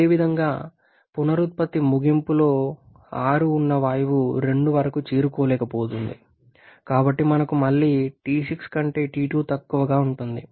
అదేవిధంగా పునరుత్పత్తి ముగింపులో 6 ఉన్న వాయువు 2 వరకు చేరుకోలేకపోతుంది కాబట్టి మనకు మళ్లీ T6 కంటే T2 తక్కువగా ఉంటుంది